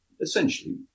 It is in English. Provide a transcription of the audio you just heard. essentially